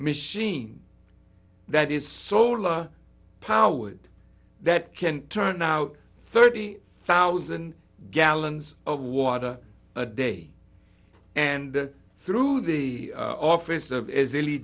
machine that is solar powered that can turn out thirty thousand gallons of water a day and through the office of is really